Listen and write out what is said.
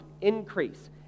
increase